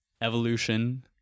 Evolution